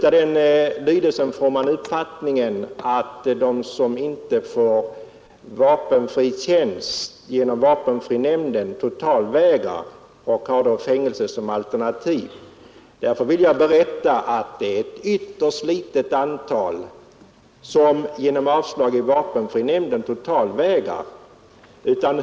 Av den lydelsen får man uppfattningen att de som inte får vapenfri tjänst genom vapenfrinämnden totalvägrar och har fängelse som alternativ. Men det är ett ytterst litet antal som genom avslag vid vapenfrinämnden totalvägrar.